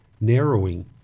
narrowing